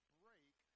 break